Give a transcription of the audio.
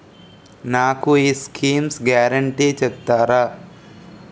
నాకు ఈ schemes guarantee చెప్తారా?